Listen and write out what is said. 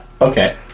Okay